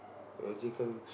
your chicken